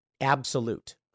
absolute